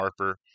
Harper